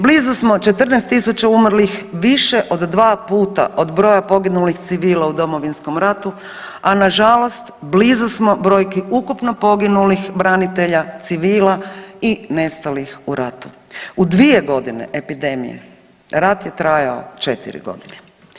Blizu smo 14.000 umrlih, više od 2 puta od broja poginulih civila u Domovinskom ratu, a nažalost blizu smo brojki ukupno poginulih branitelja, civila i nestalih u ratu u 2 godine epidemije, rat je trajao 4 godine.